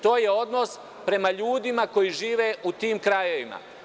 To je odnos prema ljudima koji žive u tim krajevima.